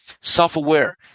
self-aware